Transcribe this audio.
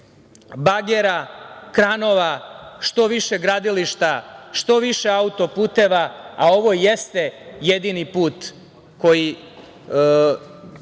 bagera, kranova, što više gradilišta, što više autoputeva, a ovo i jeste jedini put koji